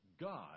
God